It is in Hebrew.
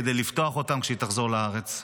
כדי לפתוח אותם כשהיא תחזור לארץ.